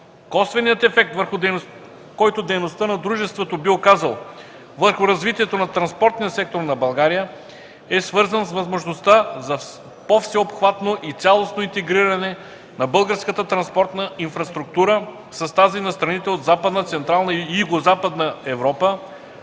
Косвеният ефект, който дейността на дружеството би оказал върху развитието на транспортния сектор на България, е свързан с възможността за по-всеобхватно и цялостно интегриране на българската транспортна инфраструктура с тази на страните от Западна, Централна и Югозападна Европа,